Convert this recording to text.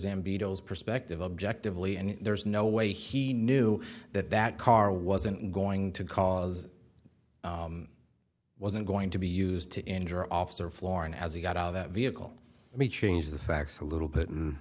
and beadles perspective objectively and there's no way he knew that that car wasn't going to cause wasn't going to be used to injure officer florin as he got out of that vehicle let me change the facts a little bit and